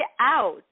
out